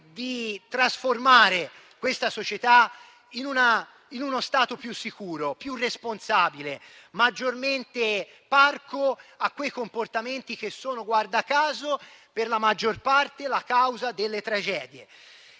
di trasformare questa società in uno Stato più sicuro, più responsabile, maggiormente parco di fronte a quei comportamenti che, guarda caso, nella maggior parte dei casi sono causa di tragedie.